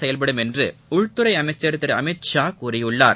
செயல்படும் என்று உள்துறை அமைச்சர் திரு அமித் ஷா கூறியுள்ளார்